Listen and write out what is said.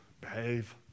Behave